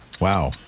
Wow